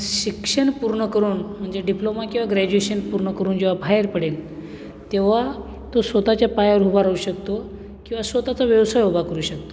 शिक्षण पूर्ण करून म्हणजे डिप्लोमा किंवा ग्रॅज्युएशन पूर्ण करून जेव्हा बाहेर पडेल तेव्हा तो स्वत च्या पायावर उभा राहू शकतो किंवा स्वत चा व्यवसाय उभा करू शकतो